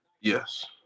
Yes